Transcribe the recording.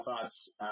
thoughts